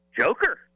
Joker